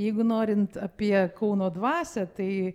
jeigu norint apie kauno dvasią tai